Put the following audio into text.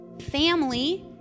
family